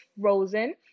frozen